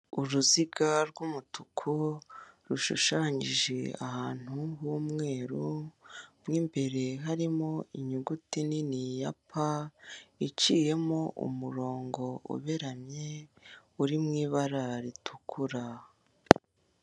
Uruziga rw'umutuku rushushanyije ahantu h'umweru mo imbere harimo inyuguti nini ya pa iciyemo umurongo uberamye uri mw'ibara ritukura.